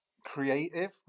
creative